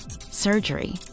surgery